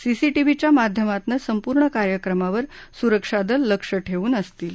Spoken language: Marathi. सीसीटिव्हीच्या माध्यमातनं संपूर्ण कार्यक्रमावर सुरक्षा दल लक्ष ठेवून असतील